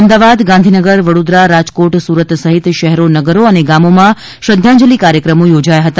અમદાવાદ ગાંધીનગર વડોદરા રાજકોટ સુરત સહિત શહેરોનગરો અને ગામોમાં શ્રધ્ધાજલિ કાર્યક્રમો યોજાયા હતા